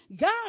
God